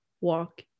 walk